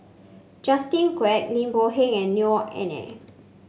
Justin Quek Lim Boon Heng and Neo Anngee